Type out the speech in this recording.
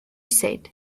said